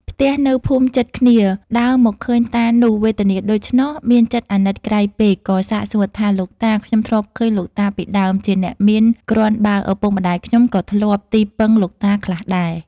ផ្ទះនៅភូមិជិតគ្នាដើរមកឃើញតានោះ វេទនាដូច្នោះ មានចិត្តអាណិតក្រៃពេកក៏សាកសួរថា “លោកតា! ខ្ញុំធ្លាប់ឃើញលោកតាពីដើម ជាអ្នកមានគ្រាន់បើឪពុកម្តាយខ្ញុំក៏ធ្លាប់ទីពឹងលោកតាខ្លះដែរ។